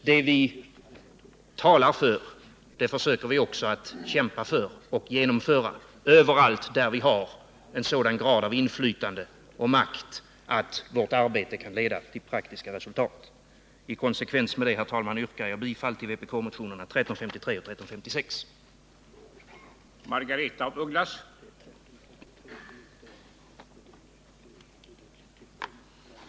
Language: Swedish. Det vi talar för försöker vi också kämpa för och genomföra, överallt där vi har en sådan grad av inflytande och makt att vårt arbete kan leda till praktiska resultat. I konsekvens med det, herr talman, yrkar jag bifall till vpk-motionerna 1353 och 1356.